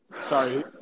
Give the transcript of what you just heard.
Sorry